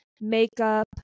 makeup